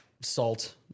salt